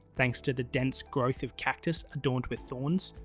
thanks to the dense growth of cactus adorned with thorns,